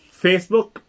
Facebook